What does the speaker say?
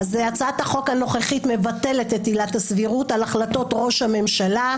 הצעת החוק הנוכחית מבטלת את עילת הסבירות על החלטות ראש הממשלה,